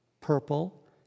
purple